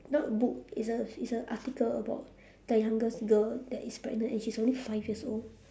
not book it's a it's a article about the youngest girl that is pregnant and she's only five years old